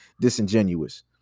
disingenuous